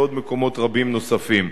ובעוד מקומות רבים נוספים.